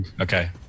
Okay